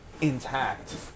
Intact